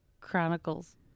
chronicles